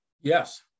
Yes